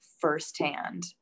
firsthand